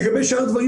לגבי שאר הדברים,